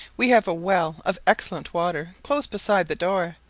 we have a well of excellent water close beside the door,